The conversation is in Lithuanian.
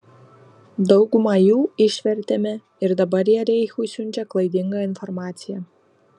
daugumą jų išvertėme ir dabar jie reichui siunčia klaidingą informaciją